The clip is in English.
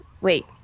wait